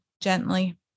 gently